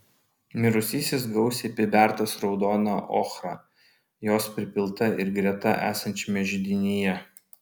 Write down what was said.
mirusysis gausiai apibertas raudona ochra jos pripilta ir greta esančiame židinyje